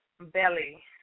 Belly